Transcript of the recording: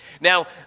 Now